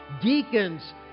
deacons